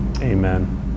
Amen